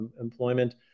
employment